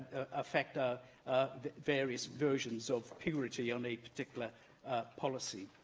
affect ah various versions of purity on a particular policy.